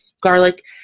garlic